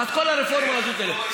אז כל הרפורמה הזאת, זה לא.